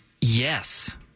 Yes